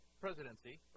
presidency